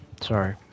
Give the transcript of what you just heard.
Sorry